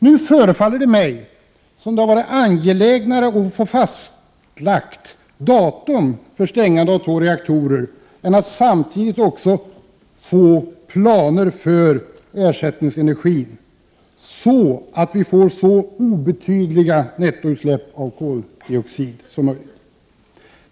Det förefaller mig som om det har varit angelägnare att få fastlagt datum för stängande av två reaktorer än att samtidigt också ta fram planer för ersättningsenergi för att få så obetydliga nettoutsläpp av koldioxid som möjligt.